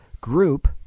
group